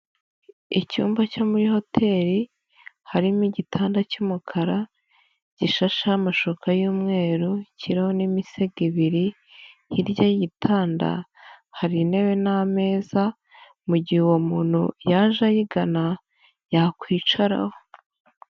Icyumba cyo muri hoteri, harimo igitanda cy'umukara, gishasha amashuka y'umweru, kiriho n'imisego ibiri, hirya y'igitanda hari intebe n'ameza ,mu gihe uwo muntu yaje ayigana yakwicaraho.